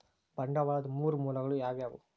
ಬಂಡವಾಳದ್ ಮೂರ್ ಮೂಲಗಳು ಯಾವವ್ಯಾವು?